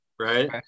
right